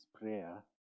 prayer